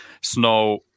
snow